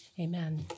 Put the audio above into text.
Amen